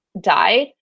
died